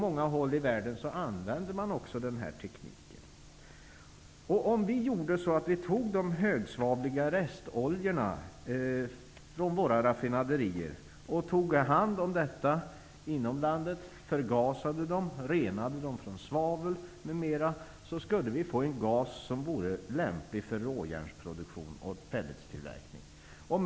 Denna teknik används också på många andra håll i världen. Om vi inom landet tog hand om de högsvavliga restoljorna från våra raffinaderier, förgasade dem och renade dem från svavel m.m., skulle vi få en gas som vore lämplig för råjärnsproduktion och pelletstillverkning.